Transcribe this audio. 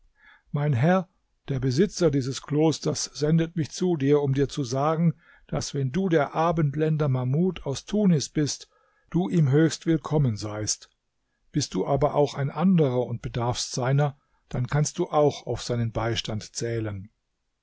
mein herr der besitzer des klosters sendet mich zu dir um dir zu sagen daß wenn du der abendländer mahmud aus tunis bist du ihm höchst willkommen seist bist du aber auch ein anderer und bedarfst seiner dann kannst du auch auf seinen beistand zählen